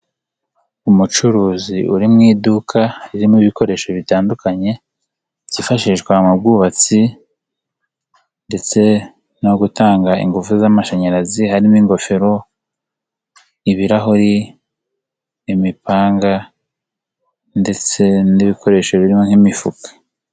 Umucuruzi uri mu iduka ririmo ibikoresho bitandukanye, byifashishwa mu bwubatsi, ndetse no gutanga ingufu z'amashanyarazi harimo ingofero, ibirahuri, imipanga, ndetse n'ibikoresho birimo nk'imifuka.